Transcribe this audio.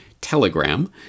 Telegram